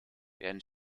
werden